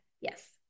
Yes